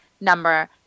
number